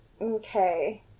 Okay